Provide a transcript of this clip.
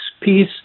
peace